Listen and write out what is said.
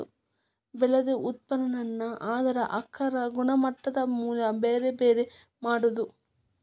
ಬೆಳದ ಉತ್ಪನ್ನಾನ ಅದರ ಆಕಾರಾ ಗುಣಮಟ್ಟದ ಮ್ಯಾಲ ಬ್ಯಾರೆ ಬ್ಯಾರೆ ಮಾಡುದು